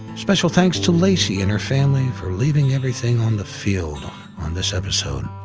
special thanks to lacy and her family for leaving everything on the field on this episode.